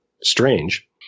strange